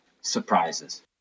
surprises